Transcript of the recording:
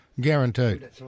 Guaranteed